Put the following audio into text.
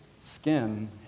skin